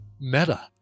meta